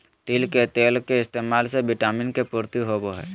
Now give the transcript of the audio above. तिल के तेल के इस्तेमाल से विटामिन के पूर्ति होवो हय